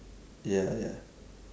ya ya